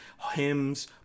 hymns